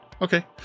okay